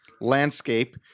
Landscape